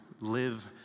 live